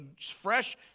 fresh